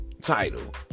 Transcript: title